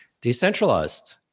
decentralized